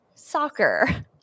soccer